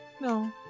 No